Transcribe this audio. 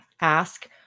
ask